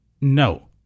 no